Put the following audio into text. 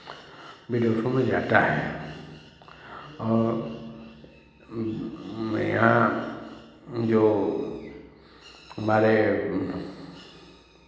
विदेशों में जाता है और मेरे यहाँ जो हमारे